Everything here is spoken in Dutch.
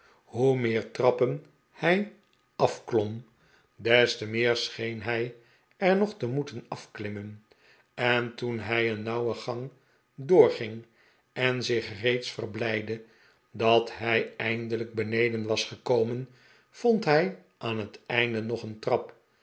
hoe meer trappen hij afklom des te meer scheen hij er nog te moeten afklimmen en toen hij een nauwe gang doorging en zich reeds verblijdde dat hij eindelijk beneden was gekomen vond hij aan het einde nog een trap